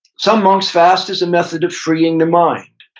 some monks fast as a method of freeing the mind.